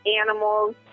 animals